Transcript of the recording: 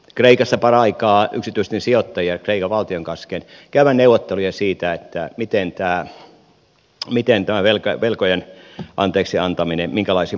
kreikassa paraikaa yksityisten sijoittajien ja kreikan valtion kesken käydään neuvotteluja siitä minkälaisin prosentein tässä velkojen anteeksi antamisessa kuljetaan